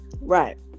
right